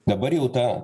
dabar jau ta